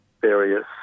various